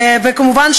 וכמובן,